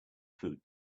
food